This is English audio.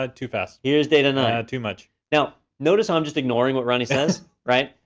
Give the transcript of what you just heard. ah too fast. here's data nine. too much. now, notice i'm just ignoring what ronnie says, right?